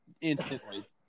Instantly